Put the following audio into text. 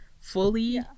fully